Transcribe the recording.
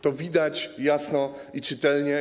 To widać jasno i czytelnie.